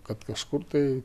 kad kažkur tai